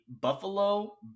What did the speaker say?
Buffalo